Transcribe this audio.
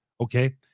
okay